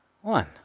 One